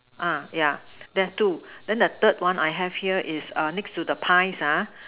uh yeah that's two then the third one I have here is err next to the pies ah